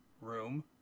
room